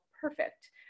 perfect